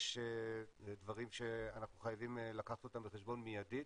יש דברים שאנחנו חייבים לקחת אותם בחשבון מיידית